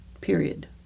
period